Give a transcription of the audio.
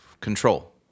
control